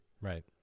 Right